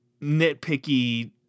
nitpicky